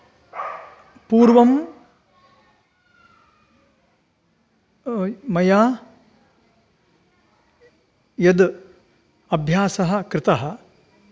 पूर्वं मया यद् अभ्यासः कृतः